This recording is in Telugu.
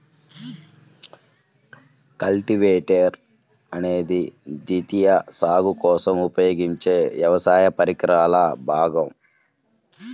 కల్టివేటర్ అనేది ద్వితీయ సాగు కోసం ఉపయోగించే వ్యవసాయ పరికరాల భాగం